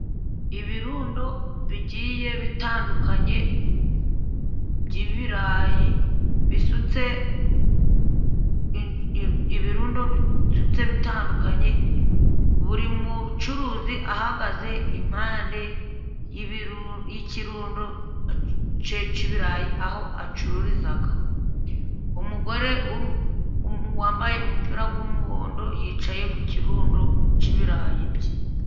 Ibirundo bigiye bitandukanye by' ibirayi bisutse, ibirundo bitutse bitandukanye, buri mucuruzi ahagaze impande y'ikirundo cye cy'ibirayi aho acururiza, umugore wambaye umupira w'umuhondo yicaye ku kirundo cy'ibirayi bye.